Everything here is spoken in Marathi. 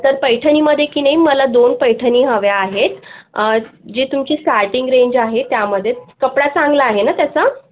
तर पैठणीमध्ये की नाही मला दोन पैठणी हव्या आहेत जे तुमची स्टार्टिंग रेंज आहे त्यामध्ये कपडा चांगला आहे ना त्याचा